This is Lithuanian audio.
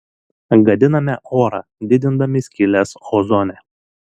gadiname orą didindami skyles ozone